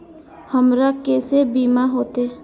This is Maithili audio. हमरा केसे बीमा होते?